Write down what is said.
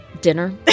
dinner